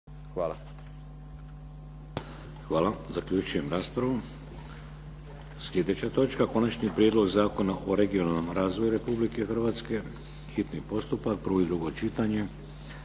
**Šeks, Vladimir (HDZ)** Sljedeća točka: - Konačni prijedlog Zakona o regionalnom razvoju Republike Hrvatske, hitni postupak, prvo i drugo čitanje,